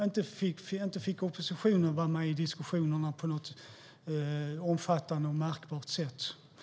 Oppositionen fick inte vara med i diskussionerna på något märkbart sätt. Eller hur?